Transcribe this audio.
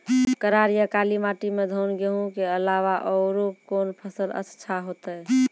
करार या काली माटी म धान, गेहूँ के अलावा औरो कोन फसल अचछा होतै?